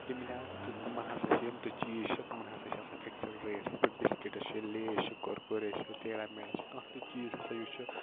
کمہِ لہاظ تہٕ تِمَن ہَسا چھِ یِم تہِ چیز چھِ تِمَن ہَسا چھِ آسان فِکسٕڈ ریٹ یتھ پٲٹھۍ بِسکِٹٕس چھِ لیز چھِ کُرکُرے چھِ ٹیڈا میڈا چھِ کانٛہہ تہِ چیز یُس ہَسا چھِ